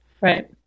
Right